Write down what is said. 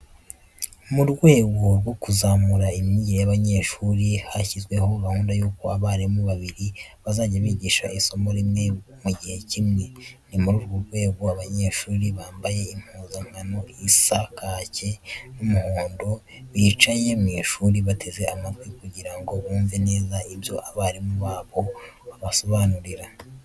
Mu rwego rwo kuzamura imyigire y'abanyeshuri, hashyizweho gahunda y'uko abarimu babiri bazajya bigisha isomo rimwe mu gihe kimwe, ni muri urwo rwego abanyeshuri bambaye impuzankano isa kake n'umuhondo bicaye mu ishuri bateze amatwi kugira ngo bumve neza ibyo abarimu babo babasobanurira.